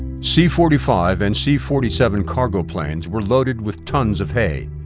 c forty five and c forty seven cargo planes were loaded with tons of hay,